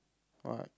what